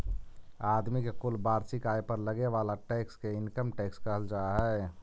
आदमी के कुल वार्षिक आय पर लगे वाला टैक्स के इनकम टैक्स कहल जा हई